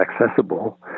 accessible